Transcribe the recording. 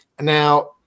Now